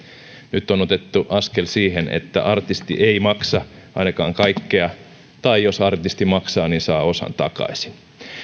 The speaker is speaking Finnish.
nyt on otettu askel siihen että artisti ei maksa ainakaan kaikkea tai jos artisti maksaa niin saa osan takaisin